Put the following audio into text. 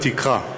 התקרה,